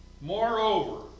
Moreover